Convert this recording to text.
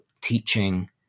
teaching